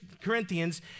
Corinthians